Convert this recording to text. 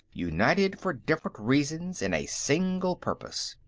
united for different reasons in a single purpose.